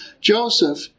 Joseph